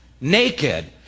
naked